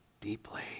deeply